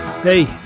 Hey